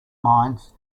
mines